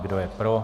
Kdo je pro?